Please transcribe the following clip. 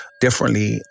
differently